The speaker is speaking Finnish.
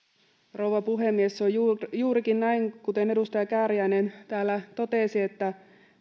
rouva puhemies se on juurikin näin kuten edustaja kääriäinen täällä totesi että